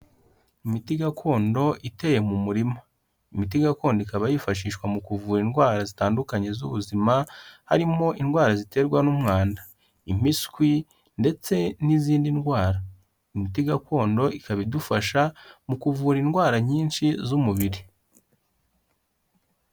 Imiti gakondo iteye mu murima, imiti gakondo ikaba yifashishwa mu kuvura indwara zitandukanye z'ubuzima, harimo indwara ziterwa n'umwanda, impiswi ndetse n'izindi ndwara, imiti gakondo ikaba idufasha mu kuvura indwara nyinshi z'umubiri.